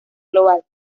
global